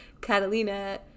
Catalina